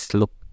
look